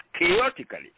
chaotically